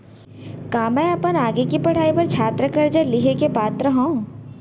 का मै अपन आगे के पढ़ाई बर छात्र कर्जा लिहे के पात्र हव?